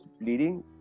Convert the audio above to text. bleeding